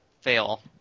Fail